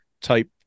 type